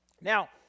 now